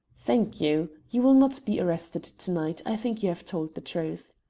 thank you. you will not be arrested to-night. i think you have told the truth.